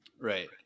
right